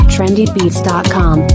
Trendybeats.com